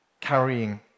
carrying